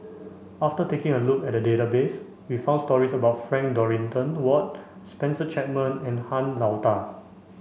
after taking a look at the database we found stories about Frank Dorrington Ward Spencer Chapman and Han Lao Da